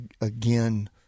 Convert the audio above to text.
Again